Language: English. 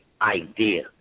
idea